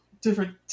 different